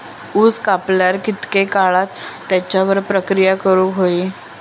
ऊस कापल्यार कितके काळात त्याच्यार प्रक्रिया करू होई?